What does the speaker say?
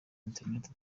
interineti